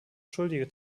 schuldige